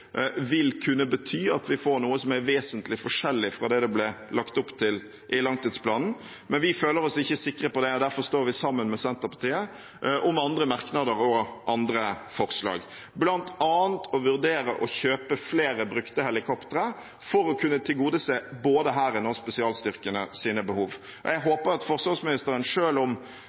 vil kunne bety at vi får noe som er vesentlig forskjellig fra det det ble lagt opp til i langtidsplanen. Men vi føler oss ikke sikre på det, og derfor står vi sammen med Senterpartiet om andre merknader og andre forslag, bl.a. å vurdere å kjøpe flere brukte helikoptre for å kunne tilgodese både Hærens og spesialstyrkenes behov. Jeg håper at forsvarsministeren, selv om